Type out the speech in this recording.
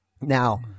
Now